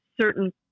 certain